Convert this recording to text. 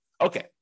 Okay